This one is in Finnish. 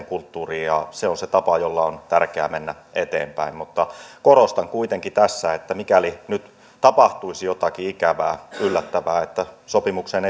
kulttuuriin ja se on se tapa jolla on tärkeä mennä eteenpäin mutta korostan kuitenkin tässä että mikäli nyt tapahtuisi jotakin ikävää yllättävää että sopimukseen